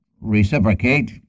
reciprocate